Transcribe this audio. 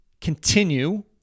continue